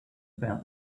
about